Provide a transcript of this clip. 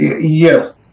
Yes